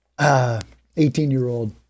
18-year-old